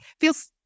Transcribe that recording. feels